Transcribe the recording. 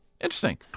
Interesting